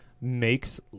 makes